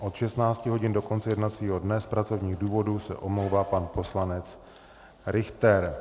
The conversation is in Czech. Od 16 hodin do konce jednacího dne z pracovních důvodů se omlouvá pan poslanec Richter.